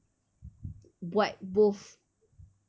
buat both